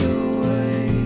away